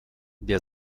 der